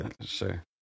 Sure